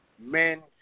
men